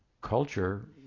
culture